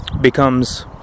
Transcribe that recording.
becomes